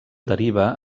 deriva